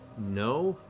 no,